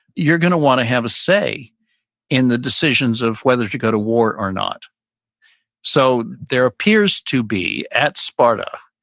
you're going to want to have a say in the decisions of whether to go to war or not so there appears to be at sparta,